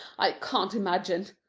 i can't imagine.